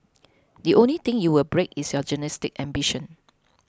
the only thing you will break is your journalistic ambition